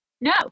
No